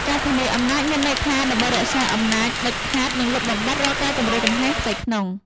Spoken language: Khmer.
ការធានាអំណាចមានន័យថា ដើម្បីរក្សាអំណាចដាច់ខាត និងលុបបំបាត់រាល់ការគំរាមកំហែងផ្ទៃក្នុង។